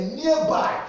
nearby